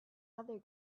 other